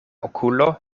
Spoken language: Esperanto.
okulo